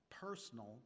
personal